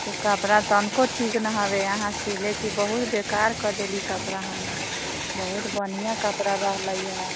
कपड़ा तनिको ठीक नहि हवे अहाँ सीले छी बहुत बेकार करि देली कपड़ा हमर बहुत बढ़िआँ कपड़ा रहलै हँ